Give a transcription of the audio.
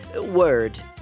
Word